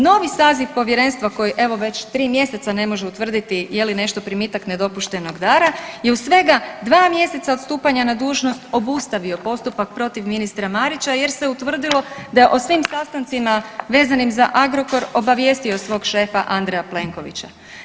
Novi saziv povjerenstva koje evo već 3 mjeseca ne može utvrditi je li nešto primitak nedopuštenog dara i u svega 2 mjeseca od stupanja na dužnost obustavio postupak protiv ministra Marića jer se utvrdilo da je o svim sastancima vezanim za Agrokor obavijestio svog šefa Andreja Plenkovića.